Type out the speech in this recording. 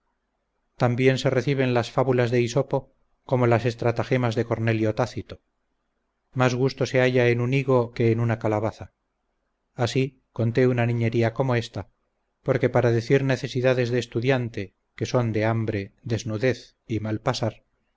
bien se reciben las fábulas de hisopo como las estratagemas de cornelio tácito más gusto se halla en un higo que en una calabaza así conté una niñería como esta porque para decir necesidades de estudiante que son de hambre desnudez y mal pasar